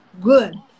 Good